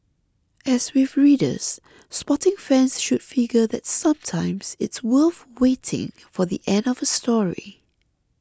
as with readers sporting fans should figure that sometimes it's worth waiting for the end of a story